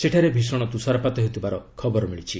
ସେଠାରେ ଭୀଷଣ ତୁଷାରପାତ ହେଉଥିବାର ଖବର ମିଳିଛି